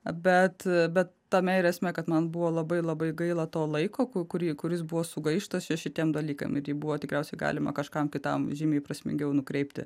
bet bet tame ir esmė kad man buvo labai labai gaila to laiko ku kurį kuris buvo sugaištas šitiem dalykas ir jį buvo tikriausiai galima kažkam kitam žymiai prasmingiau nukreipti